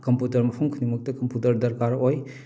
computer ꯃꯐꯝ ꯈꯨꯗꯤꯡꯃꯛꯇ computer ꯗꯔꯀꯥꯔ ꯑꯣꯏ